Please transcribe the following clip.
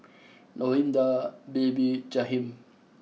Lorinda Baby Jahiem